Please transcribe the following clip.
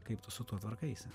kaip tu su tuo tvarkaisi